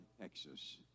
Texas